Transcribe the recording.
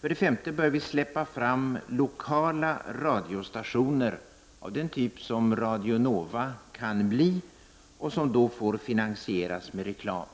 För det femte bör vi släppa fram lokala radiostationer av den typ som Radio Nova kan bli och som då får finansieras med reklam.